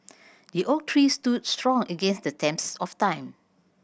the oak tree stood strong against the of time